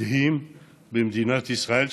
מדהים במדינת ישראל,